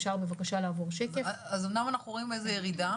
אנחנו רואים איזושהי ירידה,